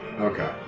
Okay